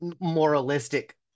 moralistic